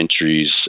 entries